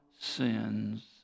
sins